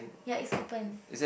ya is open